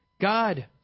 God